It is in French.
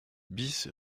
bis